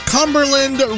Cumberland